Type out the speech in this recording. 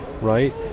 right